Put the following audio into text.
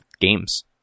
games